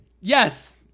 Yes